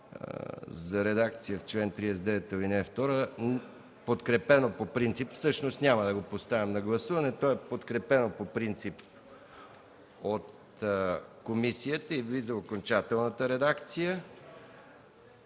за редакция в чл. 39, ал. 2, подкрепено по принцип... Всъщност няма да го поставям на гласуване. То е подкрепено по принцип от комисията и влиза в окончателната редакция.